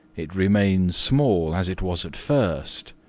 it remains small as it was at first,